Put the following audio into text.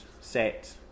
set